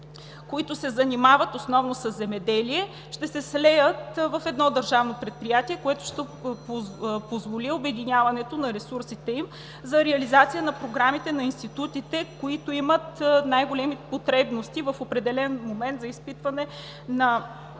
които се занимават основно със земеделие, ще се слеят в едно държавно предприятие. Това ще позволи обединяването на ресурсите им за реализация на програмите на институтите с най-големи потребности в определен момент за изпитване на